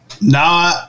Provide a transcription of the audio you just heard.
no